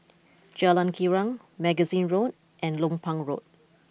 Jalan Girang Magazine Road and Lompang Road